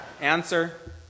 Answer